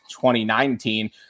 2019